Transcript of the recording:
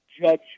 judge